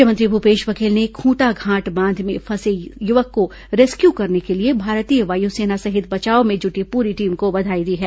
मुख्यमंत्री भूपेश बघेल ने खूंटाघाट बांध में फंसे युवक को रेस्क्यू करने के लिए भारतीय वायुसेना सहित बचाव में जुटी पूरी टीम को बधाई दी है